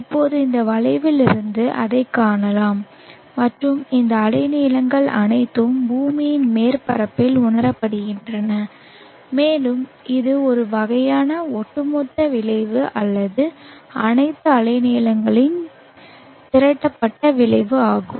இப்போது இந்த வளைவிலிருந்து அதைக் காணலாம் மற்றும் இந்த அலைநீளங்கள் அனைத்தும் பூமியின் மேற்பரப்பில் உணரப்படுகின்றன மேலும் இது ஒரு வகையான ஒட்டுமொத்த விளைவு அல்லது அனைத்து அலைநீளங்களின் திரட்டப்பட்ட விளைவு ஆகும்